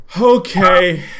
Okay